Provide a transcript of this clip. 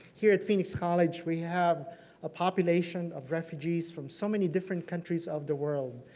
here at phoenix college we have a population of refugees from so many different countries of the world.